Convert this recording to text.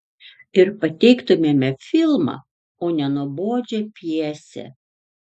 ir pateiktumėme filmą o ne nuobodžią pjesę